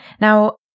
Now